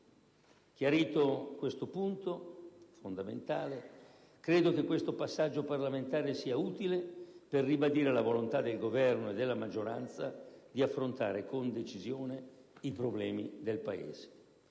Chiarito questo punto fondamentale, credo che questo passaggio parlamentare sia utile per ribadire la volontà del Governo e della maggioranza di affrontare con decisione i problemi del Paese.